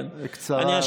כן, בקצרה.